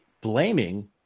blaming